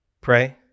pray